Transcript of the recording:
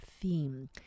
theme